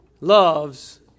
loves